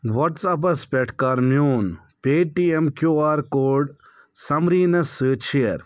whats اَپَس پٮ۪ٹھ کَر میٛون Paytm Q R code سمریٖنَس سۭتۍ شیر